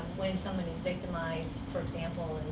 when somebody's victimized, for example,